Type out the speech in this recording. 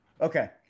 Okay